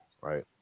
Right